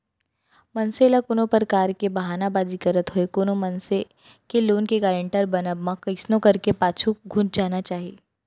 मनसे ल कोनो परकार के बहाना बाजी करत होय कोनो मनसे के लोन के गारेंटर बनब म कइसनो करके पाछू घुंच जाना चाही